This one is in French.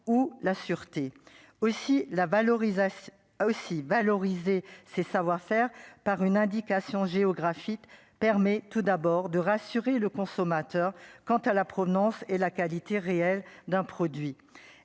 a aussi valoriser ces savoir-faire par une Indication géographique permet tout d'abord de rassurer le consommateur quant à la provenance et la qualité réelle d'un produit,